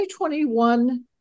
2021